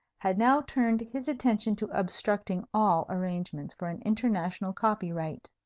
had now turned his attention to obstructing all arrangements for an international copyright.